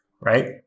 right